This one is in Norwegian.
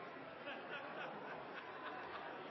a